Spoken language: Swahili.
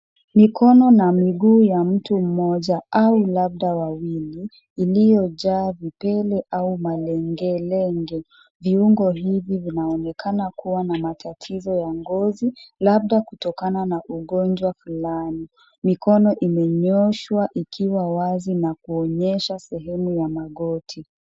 Mikono na miguu ya mtu mmoja au labda wawili, iliyojaa vipele au malengelenge. Viungo vingi vinaonekana kuwa na matatizo ya ngozi labda kutokana na ugonjwa fulani. Mikono imenyooshwa ikiwa wazi na kuonyesha sehemu ya magoti.